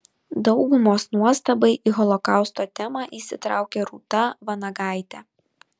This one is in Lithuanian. daugumos nuostabai į holokausto temą įsitraukė rūta vanagaitė